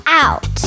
Out